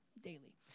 daily